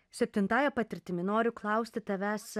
septintąja patirtimi noriu klausti tavęs